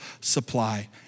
supply